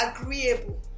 agreeable